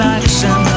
action